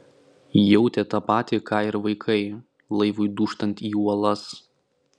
jautė tą patį ką ir vaikai laivui dūžtant į uolas